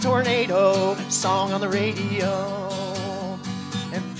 tornado song on the radio and